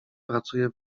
pracuje